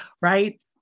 right